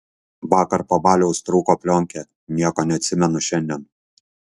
vakar po baliaus trūko plionkė nieko neatsimenu šiandien